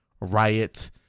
riot